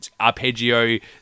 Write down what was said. arpeggio